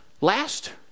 last